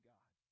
God